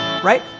Right